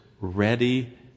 ready